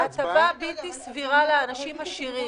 הוא רוצה להניע את המשק.